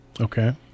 Okay